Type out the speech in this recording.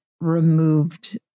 removed